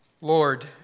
Lord